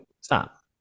stop